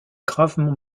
gravement